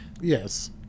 yes